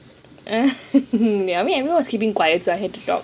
I mean everyone's keeping quiet so I had to talk